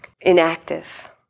inactive